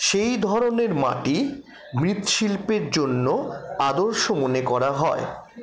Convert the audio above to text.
সেই ধরণের মাটি মৃৎশিল্পের জন্য আদর্শ মনে করা হয়